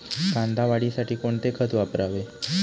कांदा वाढीसाठी कोणते खत वापरावे?